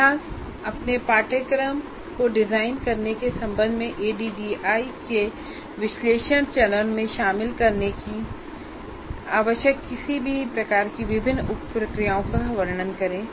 अभ्यास अपने पाठ्यक्रम को डिजाइन करने के संबंध में एडीडीआईई के विश्लेषण चरण में शामिल करने के लिए आवश्यक किसी भी विभिन्न उप प्रक्रियाओं का वर्णन करें